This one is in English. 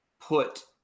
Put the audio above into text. put